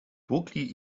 tłukli